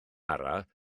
araf